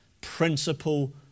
principle